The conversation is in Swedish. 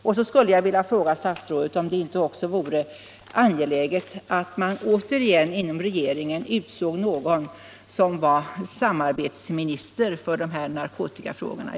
| Vidare skulle jag vilja fråga statsrådet om det inte också vore angeläget att återigen inom regeringen utse någon till att vara samarbetsminister för narkotikafrågorna.